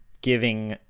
Giving